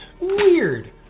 Weird